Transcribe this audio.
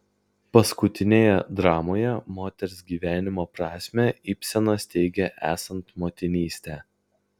paskutinėje dramoje moters gyvenimo prasmę ibsenas teigia esant motinystę